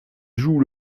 joue